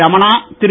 Ramana Thiru